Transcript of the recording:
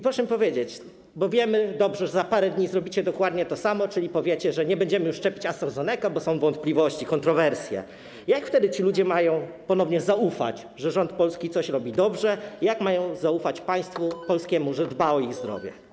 Proszę mi powiedzieć - bo wiemy dobrze, że za parę dni zrobicie dokładnie to samo, czyli powiecie, że nie będziemy już szczepić AstraZenecą, bo są wątpliwości, kontrowersje - jak ci ludzie mają ponownie zaufać, że polski rząd robi coś dobrze, jak mają zaufać państwu polskiemu, zaufać, że dba o ich zdrowie.